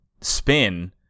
spin